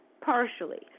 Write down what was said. partially